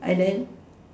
and then